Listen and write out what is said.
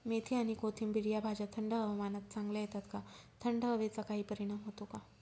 मेथी आणि कोथिंबिर या भाज्या थंड हवामानात चांगल्या येतात का? थंड हवेचा काही परिणाम होतो का?